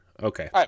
okay